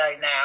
now